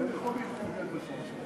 חברי השרים,